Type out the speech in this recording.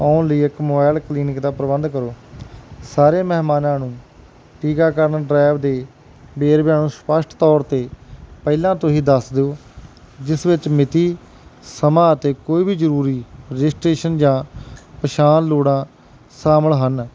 ਆਉਣ ਲਈ ਇੱਕ ਮੁਬਾਇਲ ਕਲੀਨਿਕ ਦਾ ਪ੍ਰਬੰਧ ਕਰੋ ਸਾਰੇ ਮਹਿਮਾਨਾਂ ਨੂੰ ਟੀਕਾਕਰਨ ਡਰਾਈਵ ਦੇ ਵੇਰਵਿਆਂ ਨੂੰ ਸਪੱਸ਼ਟ ਤੌਰ 'ਤੇ ਪਹਿਲਾਂ ਤੁਸੀਂ ਦੱਸ ਦਿਉ ਜਿਸ ਵਿੱਚ ਮਿਤੀ ਸਮਾਂ ਅਤੇ ਕੋਈ ਵੀ ਜ਼ਰੂਰੀ ਰਜਿਸਟਰੇਸ਼ਨ ਜਾਂ ਪਛਾਣ ਲੋੜਾਂ ਸ਼ਾਮਲ ਹਨ